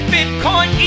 Bitcoin